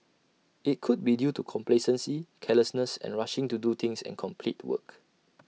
IT could be due to complacency carelessness and rushing to do things and complete work